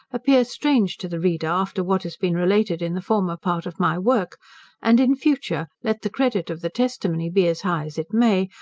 appear strange to the reader after what has been related in the former part of my work and in future, let the credit of the testimony be as high as it may,